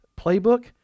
playbook